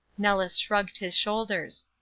nellis shrugged his shoulders.